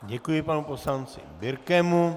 Děkuji panu poslanci Birkemu.